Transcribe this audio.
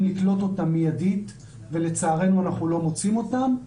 לקלוט אותם מיידית אבל לצערנו אנחנו לא מוצאים אותם.